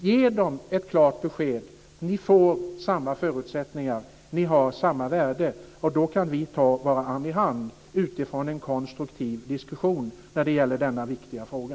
Ge dem ett klart besked att de får samma förutsättningar, de har samma värde, och då kan vi ta varandra i hand utifrån en konstruktiv diskussion i denna viktiga fråga.